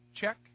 check